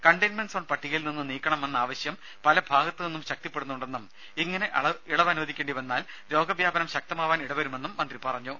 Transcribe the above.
containment zone പട്ടികയിൽ നിന്ന് നീക്കണമെന്ന ആവശ്യം പല ഭാഗത്തു നിന്നും ശക്തിപ്പെടുന്നുണ്ടെന്നും ഇങ്ങനെ ഇളവ് അനുവദിക്കേണ്ടിവന്നാൽ രോഗവ്യാപനം ശക്തമാവാൻ ഇടവരുമെന്നും മന്ത്രി പറഞ്ഞു